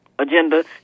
agenda